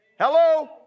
Hello